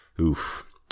oof